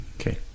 okay